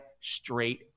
straight